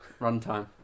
Runtime